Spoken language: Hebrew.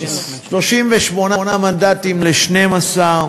מ-38 מנדטים ל-12,